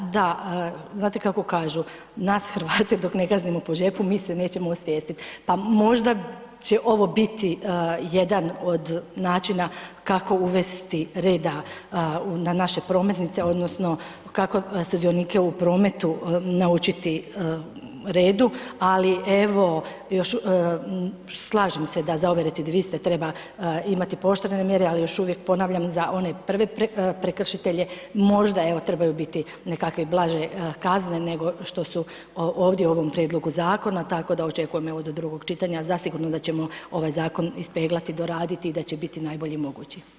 Da znate kako kažu, nas Hrvate dok kaznimo po džepu mi se nećemo osvijestit, pa možda će ovo biti jedan od načina kako uvesti reda na naše prometnice odnosno kako sudionike u prometu naučiti redu, ali evo još, slažem se da za ove recidiviste treba imati pooštrene mjere ali još uvijek ponavljam za one prve prekršitelje možda evo trebaju biti nekakve blaže kazne nego što su ovdje u ovom prijedlogu zakona, tako da očekujem evo do drugog čitanja zasigurno da ćemo ovaj zakon ispeglati, doraditi i da će biti najbolji mogući.